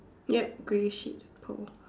ya grey sheet pole